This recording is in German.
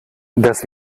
das